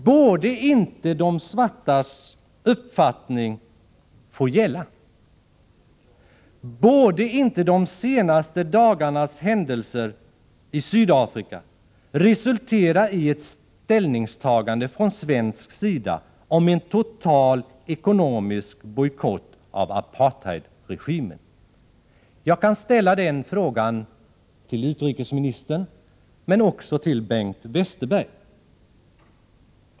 Borde inte de svartas uppfattning få gälla? Borde inte de senaste dagarnas händelser i Sydafrika resultera i ett ställningstagande från svensk sida om en total ekonomisk bojkott av apartheidregimen? Jag kan ställa den frågan till utrikesministern men också till Bengt Westerberg.